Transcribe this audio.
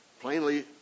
Plainly